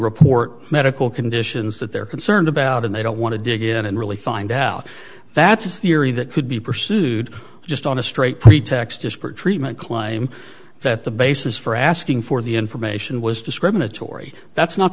report medical conditions that they're concerned about and they don't want to dig in and really find out that's a theory that could be pursued just on a straight pretext disparate treatment claim that the basis for asking for the information was discriminatory that's not